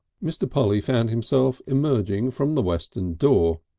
mr. polly found himself emerging from the western door.